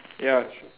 ya